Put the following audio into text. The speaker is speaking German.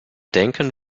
denken